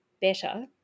better